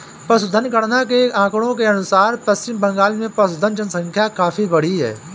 पशुधन गणना के आंकड़ों के अनुसार पश्चिम बंगाल में पशुधन जनसंख्या काफी बढ़ी है